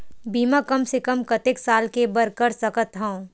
बीमा कम से कम कतेक साल के बर कर सकत हव?